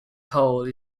whole